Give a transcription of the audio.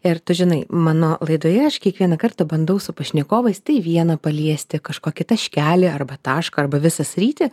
ir tu žinai mano laidoje aš kiekvieną kartą bandau su pašnekovais tai vieną paliesti kažkokį taškelį arba tašką arba visą sritį